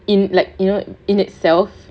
like you know in itself